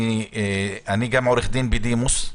גם אני עורך דין בדימוס,